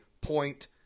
point